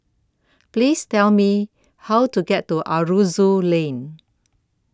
Please Tell Me How to get to Aroozoo Lane